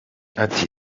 ati